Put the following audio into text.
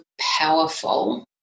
powerful